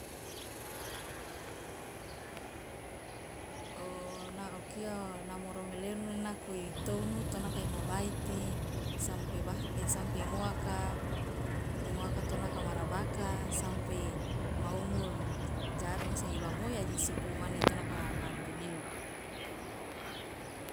okia namoro meleunu nako itounu tonaka ima baiti sampe ingoaka ingoaka tonaka ma rabaka sampe imaumur jaadono so iloa moi aje isupu mane tonoka ma dudunino.